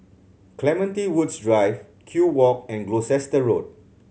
Clementi Woods Drive Kew Walk and Gloucester Road